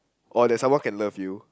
or that someone can love you